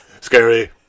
Scary